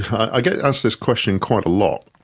i get asked this question quite a lot.